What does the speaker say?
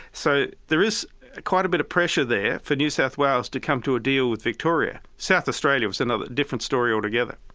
so there is quite a bit of pressure there for new south wales to come to a deal with victoria. south australia was and a different story altogether.